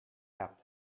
cap